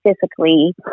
physically